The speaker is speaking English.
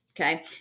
Okay